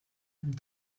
amb